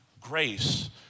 grace